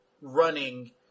running